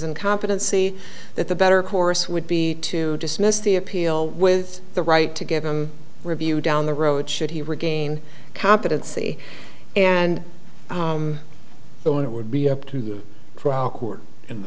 incompetency that the better course would be to dismiss the appeal with the right to give him review down the road should he regain competency and then it would be up to crown court in the